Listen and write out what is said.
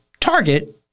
target